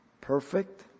perfect